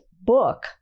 book